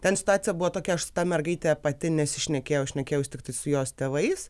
ten situacija buvo tokia aš su ta mergaite pati nesišnekėjau šnekėjausi tiktai su jos tėvais